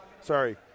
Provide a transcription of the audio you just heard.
Sorry